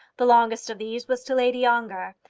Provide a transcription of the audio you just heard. the longest of these was to lady ongar,